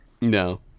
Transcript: No